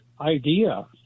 idea